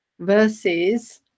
versus